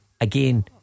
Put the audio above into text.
Again